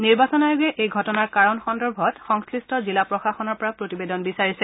নিৰ্বাচন আয়োগে ঘটনাৰ কাৰণ সন্দৰ্ভত সংশ্লিষ্ট জিলা প্ৰশাসনৰ পৰা প্ৰতিবেদন বিচাৰিছে